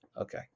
Okay